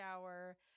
shower